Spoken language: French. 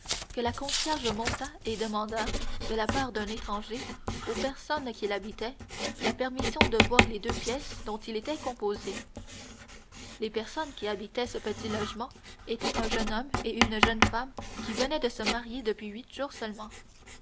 que la concierge monta et demanda de la part d'un étranger aux personnes qui l'habitaient la permission de voir les deux pièces dont il était composé les personnes qui habitaient ce petit logement étaient un jeune homme et une jeune femme qui venaient de se marier depuis huit jours seulement